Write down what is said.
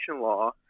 law